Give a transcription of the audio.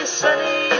sunny